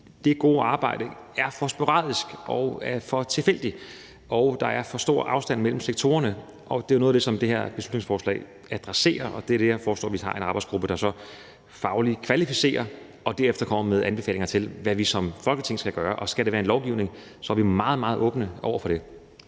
det gode arbejde er for sporadisk og for tilfældigt, og at der er for stor afstand mellem sektorerne. Det er jo noget af det, som det her beslutningsforslag adresserer, og det er i forbindelse med det, at jeg foreslår, at vi nedsætter en arbejdsgruppe, der fagligt kvalificerer det og derefter kommer med anbefalinger til, hvad vi som Folketing skal gøre. Og skal det være en lovgivning, er vi meget, meget åbne over for det.